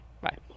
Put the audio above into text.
Bye